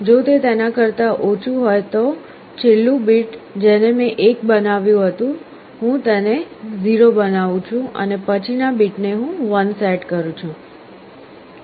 જો તે તેના કરતાં ઓછું હોય તો છેલ્લું બીટ જેને મેં 1 બનાવ્યું હતું હું તેને 0 બનાવું છું અને પછીનો બીટ હું 1 સેટ કરું છું